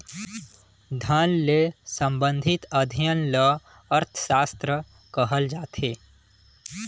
धन ले संबंधित अध्ययन ल अर्थसास्त्र कहल जाथे